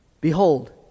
Behold